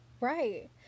right